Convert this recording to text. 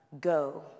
Go